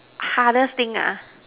hardest thing ah